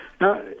Now